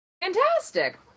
Fantastic